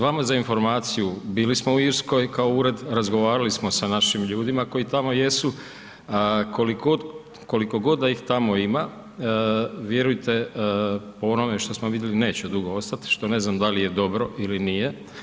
Vama za informaciju, bili smo u Irskoj kao ured, razgovarali smo sa našim ljudima koji tamo jesu, koliko god da ih tamo ima, vjerujte onome što smo vidjeli neće dugo ostati, što ne znam da li je dobro ili nije.